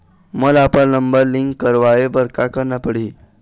मोला अपन number link करवाये बर का करना पड़ही?